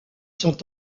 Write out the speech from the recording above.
sont